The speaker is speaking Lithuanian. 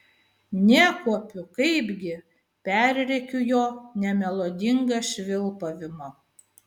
nekuopiu kaipgi perrėkiu jo nemelodingą švilpavimą